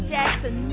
Jackson